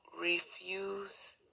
refuse